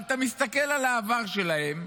אבל אתה מסתכל על העבר שלהם,